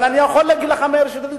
אבל אני יכול להגיד לך: מאיר שטרית,